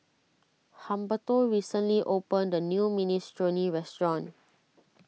Humberto recently opened a new Minestrone restaurant